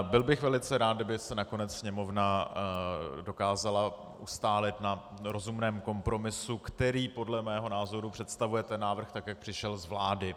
Byl bych velice rád, kdyby se nakonec Sněmovna dokázala ustálit na rozumném kompromisu, který podle mého názoru představuje ten návrh, jak přišel z vlády.